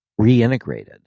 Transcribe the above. reintegrated